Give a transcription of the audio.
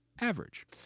Average